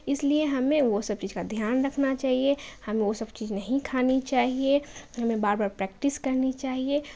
اس لیے ہمیں وہ سب چیز کا دھیان رکھنا چاہیے ہمیں وہ سب چیز نہیں کھانی چاہیے ہمیں بار بار پریکٹس کرنی چاہیے